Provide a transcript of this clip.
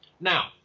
Now